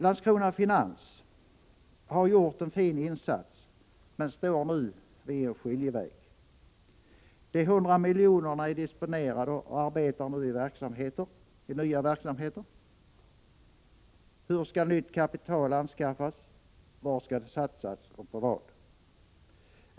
Landskrona Finans har gjort en fin insats men står nu vid en skiljeväg. De 100 miljonerna är disponerade och arbetar i nya verksamheter. Hur skall nytt kapital anskaffas, var skall det satsas och på vad?